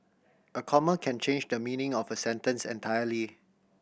a comma can change the meaning of a sentence entirely